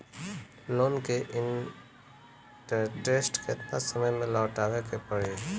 Loan के interest केतना समय में लौटावे के पड़ी?